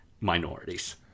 minorities